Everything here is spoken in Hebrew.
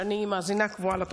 ואני מאזינה קבועה לתוכניתו.